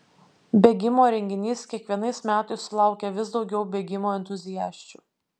bėgimo renginys kiekvienais metais sulaukia vis daugiau bėgimo entuziasčių